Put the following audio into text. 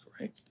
right